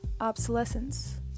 obsolescence